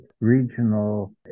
Regional